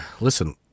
listen